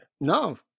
No